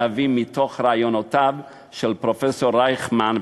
להביא מרעיונותיו של פרופסור רייכמן,